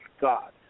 God